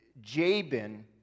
Jabin